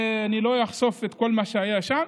אני לא אחשוף את כל מה שהיה שם,